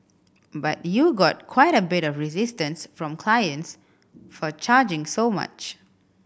but you got quite a bit of resistance from clients for charging so much